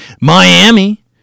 Miami